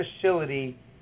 facility